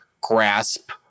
grasp